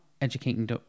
educating